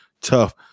tough